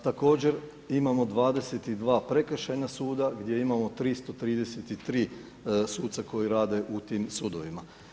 Također imamo 22 prekršajna suda gdje imamo 333 suca koji rade u tim sudovima.